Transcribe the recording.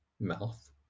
mouth